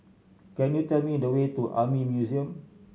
can you tell me the way to Army Museum